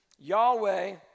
Yahweh